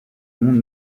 monde